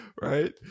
right